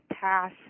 pass